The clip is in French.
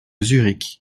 zurich